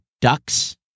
ducks